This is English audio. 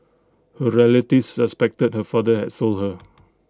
her relatives suspected her father had sold her